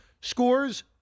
scores